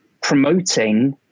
promoting